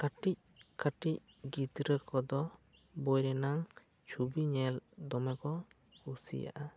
ᱠᱟᱹᱴᱤᱡ ᱠᱟᱹᱴᱤᱡ ᱜᱤᱫᱽᱨᱟᱹ ᱠᱚ ᱫᱚ ᱵᱳᱭᱨᱮᱱᱟᱝ ᱪᱷᱚᱵᱤ ᱧᱮᱞ ᱫᱚᱢᱮ ᱠᱚ ᱠᱩᱥᱤᱭᱟᱜᱼᱟ